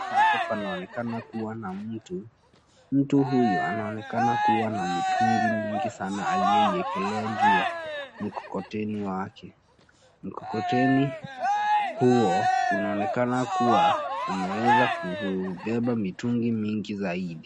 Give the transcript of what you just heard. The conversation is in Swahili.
Hapo panaonekana kuwa na mtu, mtu huyu anaonekana kuwa na mitungi mingi sana aliyo iekelea juu ya mkokoteni wake, mkokoteni huo unaonekana kuwa umeweza kubeba mitungi mingi zaidi.